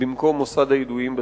במקום מוסד הידועים בציבור.